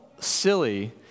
silly